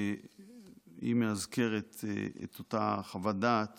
והיא מאזכרת את אותה חוות דעת